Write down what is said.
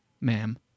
ma'am